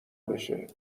بشه